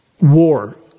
War